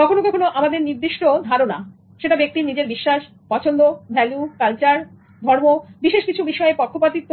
কখনো কখনো আমাদের নির্দিষ্ট ধারণাব্যক্তির নিজের বিশ্বাস পছন্দ ভ্যালু কালচার ধর্ম বিশেষ কিছু বিষয়ে পক্ষপাতিত্ব